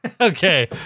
Okay